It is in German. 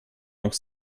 noch